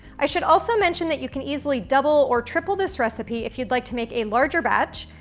i should also mention that you can easily double or triple this recipe if you'd like to make a larger batch,